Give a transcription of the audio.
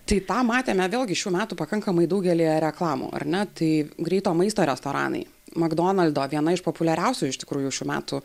tai tą matėme vėlgi šių metų pakankamai daugelyje reklamų ar ne tai greito maisto restoranai magdonaldo viena iš populiariausių iš tikrųjų šių metų